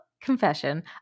confession